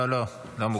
לא, לא, לא מוגבל.